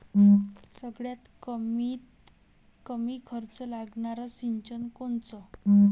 सगळ्यात कमीत कमी खर्च लागनारं सिंचन कोनचं?